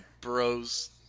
bros